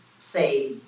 say